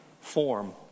form